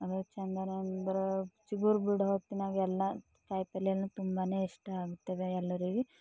ಅವು ಚೆಂದನೇ ಅಂದ್ರೆ ಚಿಗುರು ಬಿಡೋ ಹೊತ್ತಿನಾಗೆ ಎಲ್ಲ ಕಾಯಿಪಲ್ಯ ನನಗೆ ತುಂಬನೇ ಇಷ್ಟ ಆಗ್ತವೆ ಎಲ್ಲರಿಗೂ